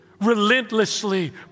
Relentlessly